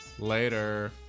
Later